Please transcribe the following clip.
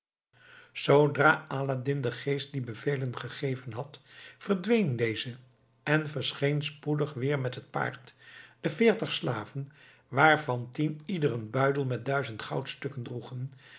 zoodra aladdin den geest die bevelen gegeven had verdween deze en verscheen spoedig weer met het paard de veertig slaven waarvan tien ieder een buidel met duizend goudstukken droegen